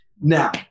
Now